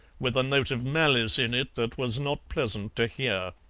with a note of malice in it that was not pleasant to hear.